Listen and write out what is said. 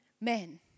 men